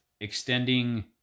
extending